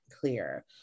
clear